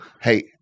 Hey